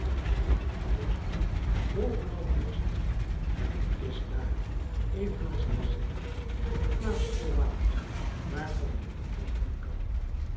honger en dorst bovenal dorst en t is daar evenals de zee een plaats vol water waarvan men niet drinken kan